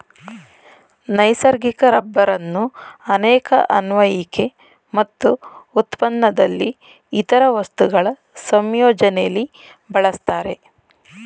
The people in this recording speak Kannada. ನೈಸರ್ಗಿಕ ರಬ್ಬರನ್ನು ಅನೇಕ ಅನ್ವಯಿಕೆ ಮತ್ತು ಉತ್ಪನ್ನದಲ್ಲಿ ಇತರ ವಸ್ತುಗಳ ಸಂಯೋಜನೆಲಿ ಬಳಸ್ತಾರೆ